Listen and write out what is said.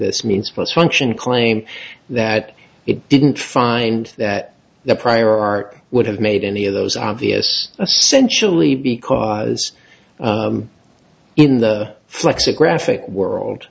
this means for its function claim that it didn't find that the prior art would have made any of those obvious sensually because in the flex a graphic world